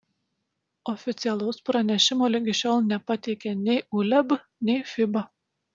oficialaus pranešimo ligi šiol nepateikė nei uleb nei fiba